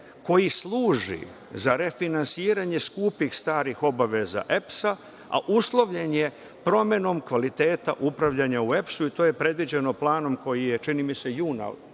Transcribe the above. koji služi za refinansiranje skupih starih obaveza EPS-a, a uslovljen je promenom kvaliteta upravljanja u EPS-u i to je predviđeno planom koji je, čini mi se, juna